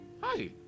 Hi